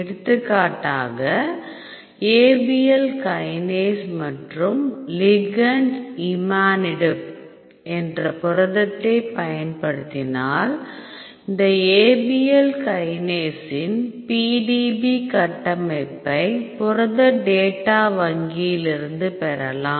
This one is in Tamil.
எடுத்துக்காட்டாக ஏபிஎல் கைனேஸ் மற்றும் லிகெண்ட் இமாடினிப் என்ற புரதத்தைப் பயன்படுத்தினால் இந்த ABL கைனேஸின் PDB கட்டமைப்பை புரத டேட்டா வங்கியிலிருந்து பெறலாம்